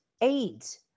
AIDS